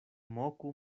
moku